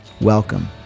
Welcome